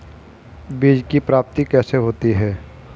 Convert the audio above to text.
बीज की प्राप्ति कैसे होती है?